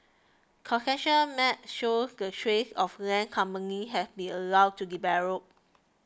concession maps show the tracts of land companies have been allowed to develop